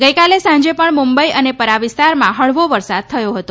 ગઈકાલે સાંજે પણ મુંબઈ અને પરા વિસ્તારમાં હળવો વરસાદ થયો હતો